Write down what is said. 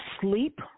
sleep